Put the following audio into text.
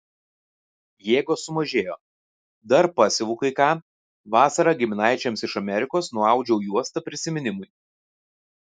jėgos sumažėjo dar pasiuvu kai ką vasarą giminaičiams iš amerikos nuaudžiau juostą prisiminimui